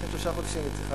אחרי שלושה חודשים היא צריכה,